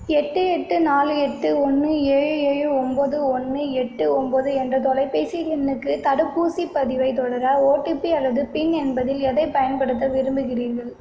எட்டு எட்டு நாலு எட்டு ஒன்று ஏழு ஏழு ஒம்பது ஒன்று எட்டு ஒம்பது என்ற தொலைபேசி எண்ணுக்குத் தடுப்பூசிப் பதிவைத் தொடர ஓடிபி அல்லது பின் என்பதில் எதைப் பயன்படுத்த விரும்புகிறீர்கள்